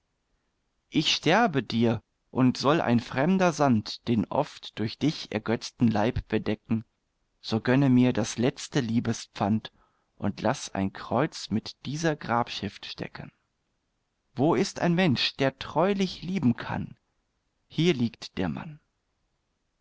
ich sterbe dir und soll ein fremder sand den oft durch dich ergötzten leib bedecken so gönne mir das letzte liebespfand und laß ein kreuz mit dieser grabschrift stecken wo ist ein mensch der treulich lieben kann hier liegt der mann